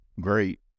great